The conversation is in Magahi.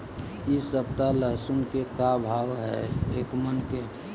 इ सप्ताह लहसुन के का भाव है एक मन के?